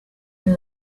know